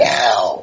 now